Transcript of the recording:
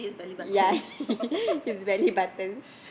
ya his belly buttons